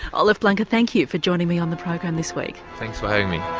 olaf blanke, thank you for joining me on the program this week. thanks for having me.